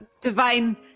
divine